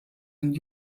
ein